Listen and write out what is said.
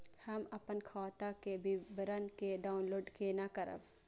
हम अपन खाता के विवरण के डाउनलोड केना करब?